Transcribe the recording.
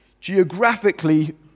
geographically